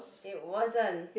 it wasn't